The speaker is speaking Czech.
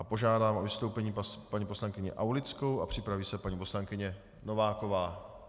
Požádám o vystoupení paní poslankyni Aulickou, připraví se paní poslankyně Nováková.